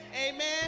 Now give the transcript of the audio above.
Amen